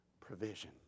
provision